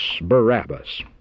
Barabbas